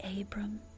Abram